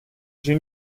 j’ai